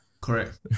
Correct